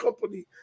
company